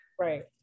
Right